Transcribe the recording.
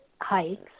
hikes